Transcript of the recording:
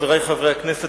חברי חברי הכנסת,